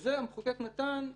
לזה המחוקק נתןן